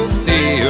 stay